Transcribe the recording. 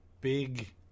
big